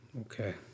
Okay